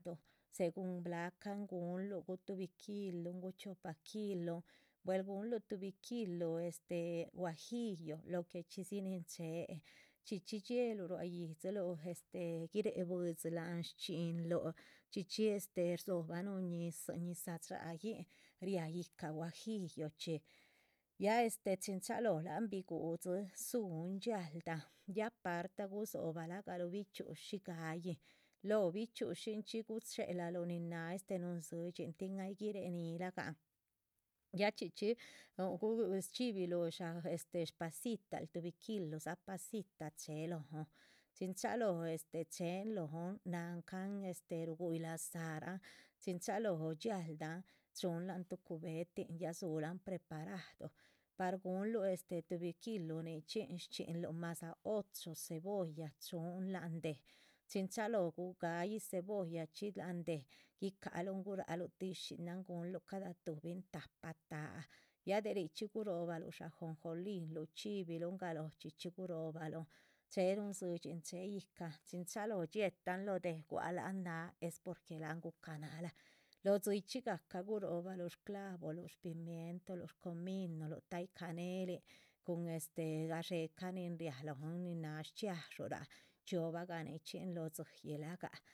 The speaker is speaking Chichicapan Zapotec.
Según blacánh gu´nluh gug tuhbi kilun o chiopa kilun, buehla gu´nluh tuhbi kilun este guajillo lo que chxísi nin chee, chxíchi dzie´lu rua´yídziluh este guiréh bwídzi la´nh dxínlu, chxíchi este rzo´ba nuhun ñisa chaha´ính ri’aah yíhca guajillo chi ya este chin chaloh bigu´chxín zunh chiahlda´nh ya partah gudzo´baluh bichxi´ushi ga´yính loh bichxi´ushinchxi guchxeralú nuhun dzidxi´n tin ayiih guiréh ñi´ragan ya chxíchi chxíbi´lu pasitalu tuhbi kilusxha pasita chee lonh, chxin chálo este cheen lonh la´nh nancánh este rugu´yih laza´nh chin chálo chiahlda´nh chu´nh lanh tuhbi cubetin ya zurán preparado par gu´nlúh tuhbi kilun nichxính shchxínluh mas 8 cebolla chxu´nh lanh deh, chxín chálo ga´yii cebollachí lanh deh gi´caluh gu´raru ti´shina´nh gu´nlu cada tuhbin tahpa ta´ ya de ri´chxí guroba´ru ajonjolíru chxíbirun galóh chxíchi guroba´lunh chee nuhun dzidxi che yíhcan, chxín chálo chxíetaan loh deh gua´lu anh nah es porque anh gu´cánahra loh dzíyih chigacá gurobarú sclavoru, spimientulu, scuhmínlu, ta´yi canéhlính cun este gadxe´ca nin ria lonh ninh na shchxiadxúra chxío´bagan nichxínga loh dzíyih ra´ga.